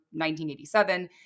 1987